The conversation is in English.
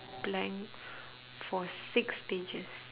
blank for six pages